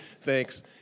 thanks